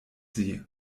sie